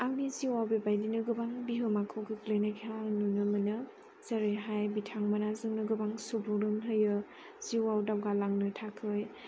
आंनि जिउआव बेबायदिनो गोबां बिहोमाखौ गोग्लैनायखौ आं नुनो मोनो जेरैहाय बिथांमोना जोंनो गोबां सुबुरुन होयो जिउआव दावगालांनो थाखाय